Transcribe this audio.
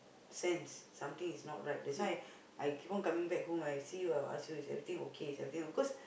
sense something is not right that's why I I keep on coming back home I see I will ask you if everything's okay is everything cause